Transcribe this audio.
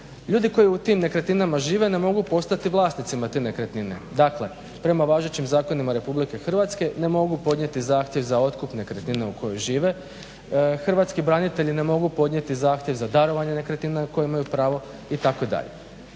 Ljudi koji u tim nekretninama žive ne mogu postati vlasnicima te nekretnine. Dakle, prema važećim zakonima Republike Hrvatske ne mogu podnijeti zahtjev za otkup nekretnine u kojoj žive. Hrvatski branitelji ne mogu podnijeti zahtjev za darovanje nekretnine na koje imaju pravo itd.